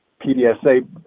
PDSA